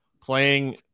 playing